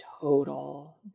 total